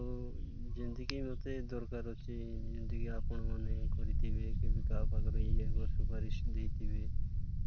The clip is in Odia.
ଆଉ ଯେମିତିକି ମୋତେ ଦରକାର ଅଛି ଯେମିତିକି ଆପଣମାନେ କରିଥିବେ କେବେ କାହା ପାଖରେ ଇଏ ବର୍ଷ ସୁପାରିଶ ଦେଇଥିବେ